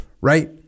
right